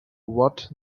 what